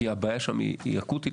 כי הבעיה שם היא אקוטית,